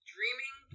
Dreaming